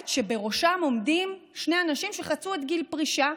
שבראשם עומדים שני אנשים שחצו את גיל הפרישה,